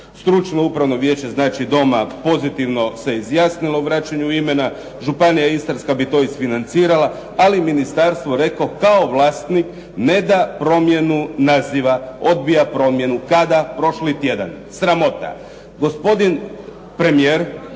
Stručno upravo vijeće znači doma pozitivno se izjasnilo u vraćanju imena, Županija istarska bi to isfinancirala, ali ministarstvo jer eto, kao vlasnik ne da promjenu naziva, odbija promjenu, kada, prošli tjedan. Sramota.